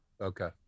Okay